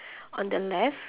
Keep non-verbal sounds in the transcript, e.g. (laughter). (breath) on the left